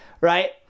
right